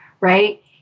right